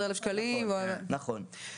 נכון.